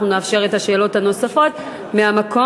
אנחנו נאפשר את השאלות הנוספות מהמקום.